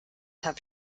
have